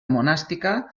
monàstica